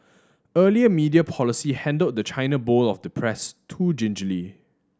earlier media policy handled the china bowl of the press too gingerly